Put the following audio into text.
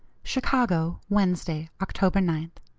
chicago, wednesday, october ninth.